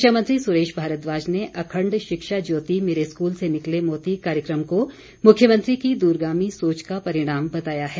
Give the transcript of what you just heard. शिक्षा मंत्री सुरेश भारद्वाज ने अखण्ड शिक्षा ज्योति मेरे स्कूल से निकले मोती कार्यक्रम को मुख्यमंत्री की दूरगामी सोच का परिणाम बताया है